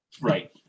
Right